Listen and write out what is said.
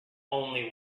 only